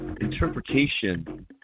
interpretation